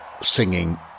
singing